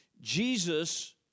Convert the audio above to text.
Jesus